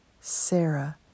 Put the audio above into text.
Sarah